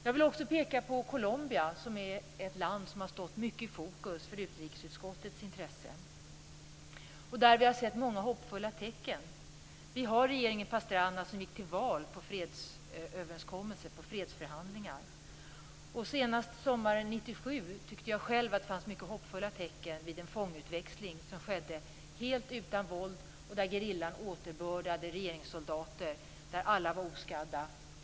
Jag vill också peka på Colombia, som är ett land som har stått mycket i fokus för utrikesutskottets intresse. Där har vi sett många hoppfulla tecken. Vi har regeringen Pastrana som gick till val på förhandlingar om en fredsöverenskommelse. Senast sommaren 1997 tyckte jag själv att det fanns mycket hoppfulla tecken vid en fångutväxling som skedde helt utan våld då gerillan återbördade regeringssoldater som alla var oskadda.